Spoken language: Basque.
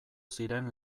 ziren